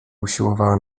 usiłowała